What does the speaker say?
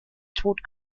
tod